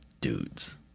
dudes